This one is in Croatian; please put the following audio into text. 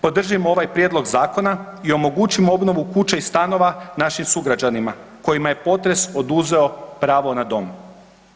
Podržimo ovaj prijedlog zakona i omogućimo obnovu kuća i stanova našim sugrađanima kojima je potres oduzeo pravo na dom.